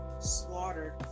slaughtered